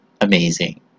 Amazing